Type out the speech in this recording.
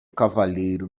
cavalheiro